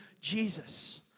Jesus